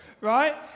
right